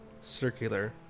Circular